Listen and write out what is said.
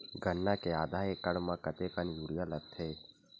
गन्ना के आधा एकड़ म कतेकन यूरिया लगथे?